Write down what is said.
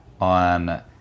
on